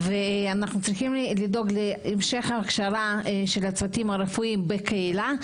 ואנחנו צריכים לדאוג להמשך ההכשרה של הצוותים הרפואיים בקהילה,